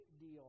deal